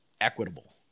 equitable